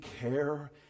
care